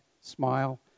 smile